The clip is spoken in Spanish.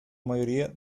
mayoría